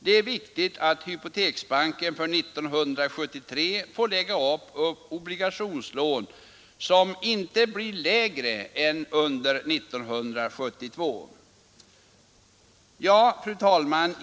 Det är viktigt att Hypoteksbanken för 1973 får lägga upp obligationslån som inte blir lägre än under 1972. Fru talman!